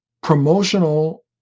promotional